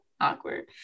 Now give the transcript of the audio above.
awkward